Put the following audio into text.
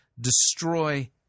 destroy